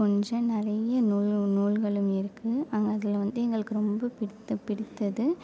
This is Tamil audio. போன்ற நிறைய நூல் நூல்களும் இருக்குது அங்கே அதில் வந்து எங்களுக்கு ரொம்ப பிடித்த பிடித்தது